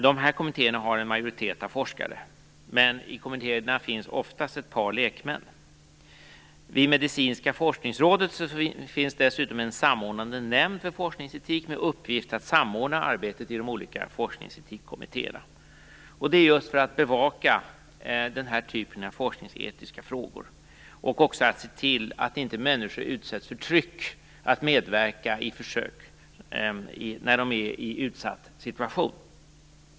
Dessa kommittéer har en majoritet av forskare, men i kommittéerna finns oftast ett par lekmän. Vid Medicinska forskningsrådet finns det dessutom en samordnande nämnd för forskningsetik med uppgift att samordna arbetet i de olika forskningsetikkommittéerna. Det är just för att bevaka den här typen av forskningsetiska frågor och för att se till att människor inte utsätts för tryck att medverka i försök när de befinner sig i en utsatt situation.